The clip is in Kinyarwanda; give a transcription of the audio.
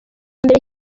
mbere